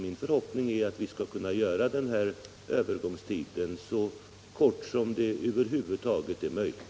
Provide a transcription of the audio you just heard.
Min förhoppning är att vi skall kunna göra övergångstiden så kort som det över huvud taget är möjligt.